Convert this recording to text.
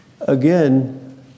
Again